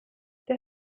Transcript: der